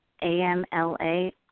A-M-L-A